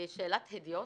שאלת הדיוט,